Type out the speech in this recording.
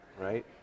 right